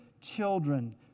children